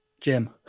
Jim